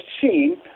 seen